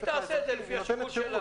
היא תעשה את זה כפי שהיא רוצה.